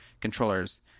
controllers